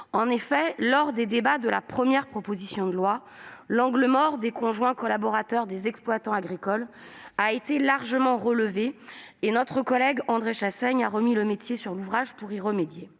En effet, lors de la discussion de la première proposition de loi, l'angle mort des conjoints collaborateurs des exploitants agricoles avait été largement relevé. Notre collègue André Chassaigne a donc remis l'ouvrage sur le métier pour y remédier.